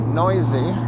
noisy